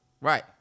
Right